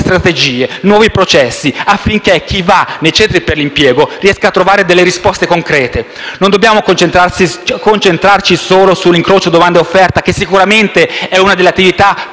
strategie, nuovi processi affinché chi si rivolge ai centri per l'impiego riesca a trovare risposte concrete. Non dobbiamo concentrarci solo sull'incrocio fra domanda e offerta, che sicuramente è una delle attività